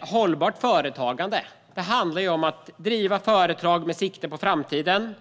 Hållbart företagande handlar i grund och botten om att driva företag med sikte på framtiden,